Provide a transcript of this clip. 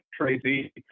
Tracy